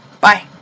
bye